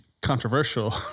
controversial